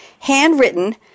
handwritten